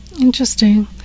Interesting